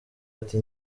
ati